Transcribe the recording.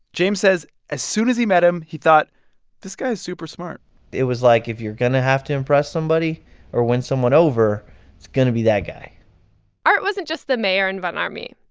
james says as soon as he met him, he thought this guy is super smart it was like, if you're going to have to impress somebody or win someone over, it's going to be that guy art wasn't just the mayor in von ormy.